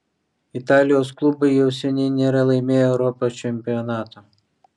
italijos klubai jau seniai nėra laimėję europos čempionato